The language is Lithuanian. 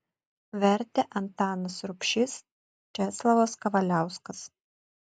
vertė antanas rubšys česlovas kavaliauskas